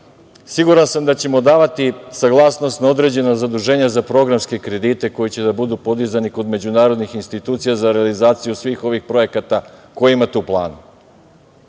siguran sam da ćemo davati saglasnost na određena zaduženja za programske kredite koji će biti podizani kod međunarodnih institucija za realizaciju svih ovih projekata koje imate u planu,